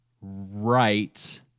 right